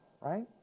right